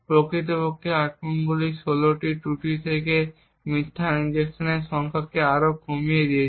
প্রকৃতপক্ষে আক্রমণগুলি 16টি ত্রুটি থেকে মিথ্যা ইনজেকশনের সংখ্যাকে আরও কমিয়ে দিয়েছে